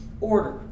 order